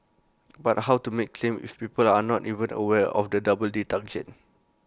but how to make claim if people are not even aware of the double deduction